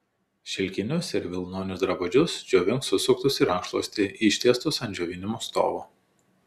šilkinius ir vilnonius drabužius džiovink susuktus į rankšluostį ištiestus ant džiovinimo stovo